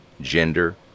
gender